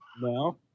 no